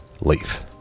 Leaf